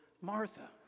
Martha